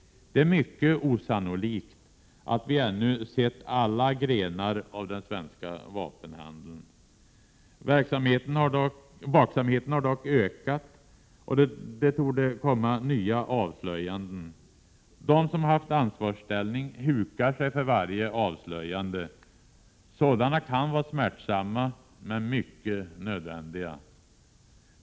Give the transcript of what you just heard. Det är mycket sannolikt att vi ännu inte sett alla grenar av den svenska vapenhandeln. Vaksamheten har dock ökat, och det torde komma nya avslöjanden. De som haft ansvarsställning hukar sig för varje avslöjande. Sådana kan vara smärtsamma, men mycket nödvändiga.